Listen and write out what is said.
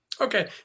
Okay